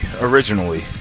originally